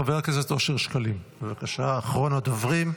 חבר הכנסת אושר שקלים, בבקשה, אחרון הדוברים.